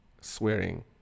swearing